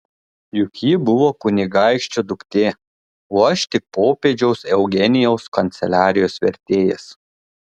juk ji buvo kunigaikščio duktė o aš tik popiežiaus eugenijaus kanceliarijos vertėjas